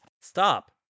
Stop